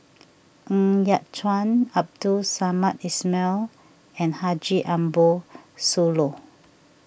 Ng Yat Chuan Abdul Samad Ismail and Haji Ambo Sooloh